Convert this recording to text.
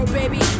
baby